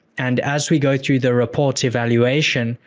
and as we go through the report evaluation,